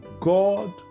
God